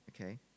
okay